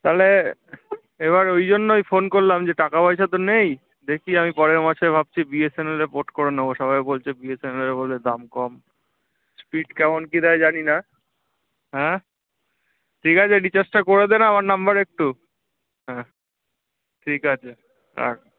তাহলে এবার ওই জন্যই ফোন করলাম যে টাকা পয়সা তো নেই দেখি আমি পরের মাসে ভাবছি বিএসএনএল এ পোর্ট করে নেবো সবাই বলছে বিএসএনএল এ বলে দাম কম স্পীড কেমন কী দেয় জানি না হ্যাঁ ঠিক আছে রিচার্জটা করে দে না আমার নাম্বারে একটু হ্যাঁ ঠিক আছে রাখ